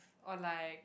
or like